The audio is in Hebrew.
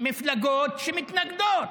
מפלגות שמתנגדות,